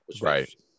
right